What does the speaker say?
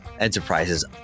enterprises